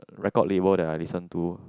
record label that I listen to